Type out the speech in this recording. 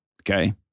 Okay